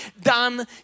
done